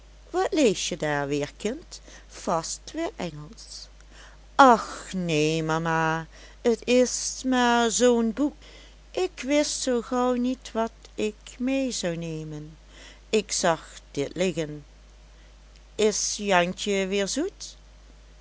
wat lees je daar weer kind vast weer engelsch och neen mama t is maar zoo'n boek ik wist zoo gauw niet wat ik mee zou nemen ik zag dit liggen is jantje weer zoet